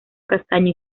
castaño